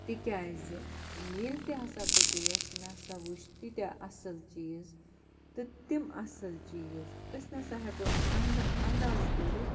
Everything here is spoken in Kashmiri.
تِکیٛازِ ییٚلہِ تہِ ہسا بہٕ گٔیَس مےٚ ہسا وُچھ تیٖتاہ اَصٕل چیٖز تہٕ تِم اَصٕل چیٖز أسۍ نَسا ہٮ۪کَو نہٕ اَنٛزٕ انٛدازٕ کٔرِتھ